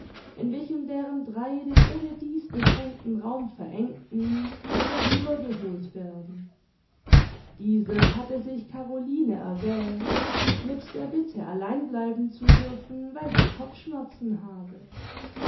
in welchem deren drei den ohnedieß beschränkten raum verengten herüber geholt werden dieses hatte sich caroline erwählt mit der bitte allein bleiben zu dürfen weil sie kopfschmerzen habe